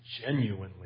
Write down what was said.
Genuinely